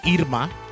Irma